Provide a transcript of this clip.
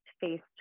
faced